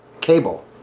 cable